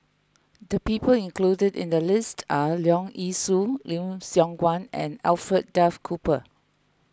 the people included in the list are Leong Yee Soo Lim Siong Guan and Alfred Duff Cooper